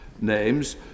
names